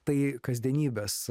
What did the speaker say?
tai kasdienybės